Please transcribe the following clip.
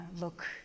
look